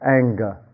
anger